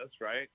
right